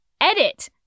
edit